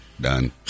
Done